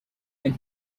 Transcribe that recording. when